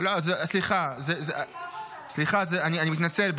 סליחה, אני מתנצל.